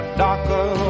darker